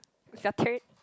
it's your turn